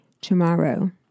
tomorrow